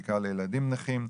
בעיקר לילדים נכים,